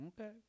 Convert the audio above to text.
Okay